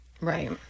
Right